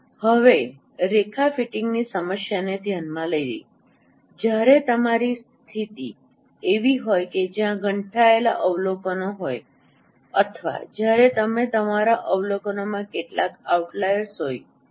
ચાલો હવે રેખા ફિટિંગની સમસ્યાને ધ્યાનમાં લઈએ જ્યારે તમારી સ્થિતિ એવી હોય કે જ્યાં ગંઠાયેલા અવલોકનો હોય અથવા જ્યારે તમે તમારા અવલોકનોમાં કેટલાક આઉટલાઈર હોય